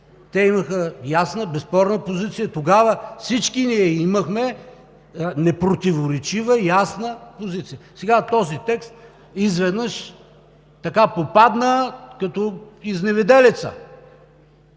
те имаха ясна, безспорна позиция. Тогава всички ние имахме непротиворечива и ясна позиция. Сега този текст изведнъж попадна като изневиделица